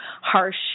harsh